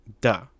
Duh